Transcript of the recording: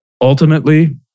ultimately